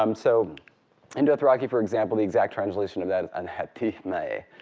um so in dothraki, for example, the exact translation of that is anha tih mae,